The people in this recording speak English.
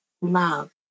love